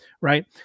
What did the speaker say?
right